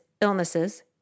illnesses